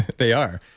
they are.